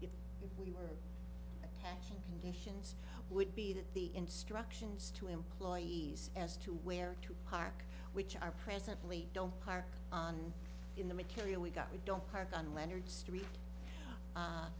get if we were actually conditions would be that the instructions to employees as to where to park which are presently don't park on in the material we got we don't park on leonard